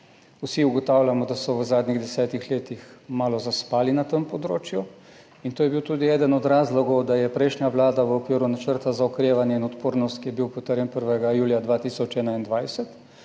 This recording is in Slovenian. Vsi ugotavljamo, da so v zadnjih desetih letih malo zaspala na tem področju. To je bil tudi eden od razlogov, da je prejšnja vlada v okviru Načrta za okrevanje in odpornost, ki je bil potrjen 1. julija 2021,